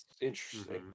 Interesting